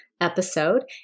episode